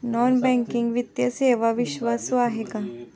Non banking वित्तीय सेवा विश्वासू आहेत का?